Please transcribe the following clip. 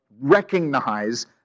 recognize